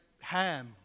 ham